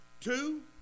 Two